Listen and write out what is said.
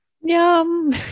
Yum